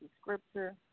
Scripture